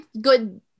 good